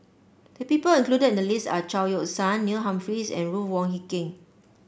the people included in the list are Chao Yoke San Neil Humphreys and Ruth Wong Hie King